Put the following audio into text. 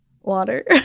water